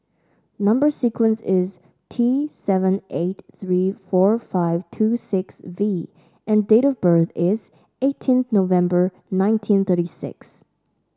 number sequence is T seven eight three four five two six V and date of birth is eighteen November nineteen thirty six